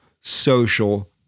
social